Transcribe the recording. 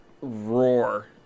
roar